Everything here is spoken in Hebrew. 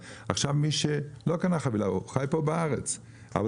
מי שלא קנה חבילה או חי כאן בארץ אבל